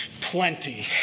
Plenty